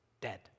dead